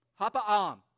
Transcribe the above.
hapa'am